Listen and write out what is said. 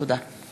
תודה.